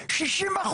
60%,